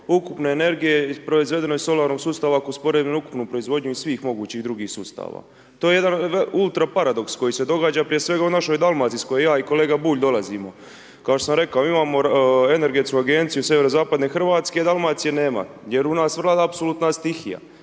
ukupne energije i proizvedeno iz solarnog sustava ako usporedimo ukupnu proizvodnju iz svih mogućih drugih sustava. To je jedan ultra paradoks koji se događa prije svega u našoj Dalmaciji iz koje ja i kolega Bulj dolazimo. Kao što sam rekao imamo energetsku agenciju sjeverozapadne Hrvatske a Dalmacije nema jer u nas vlada apsolutna stihija.